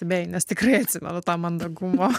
nes tikrai atsimenu tą mandagumo